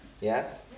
Yes